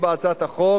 הצעת החוק